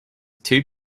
two